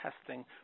testing